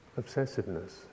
obsessiveness